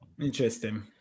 Interesting